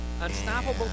Unstoppable